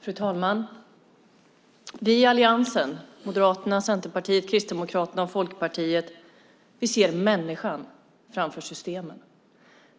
Fru talman! Vi i Alliansen - Moderaterna, Centerpartiet, Kristdemokraterna och Folkpartiet - ser människan framför systemen.